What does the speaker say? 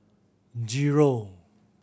zero